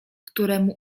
któremu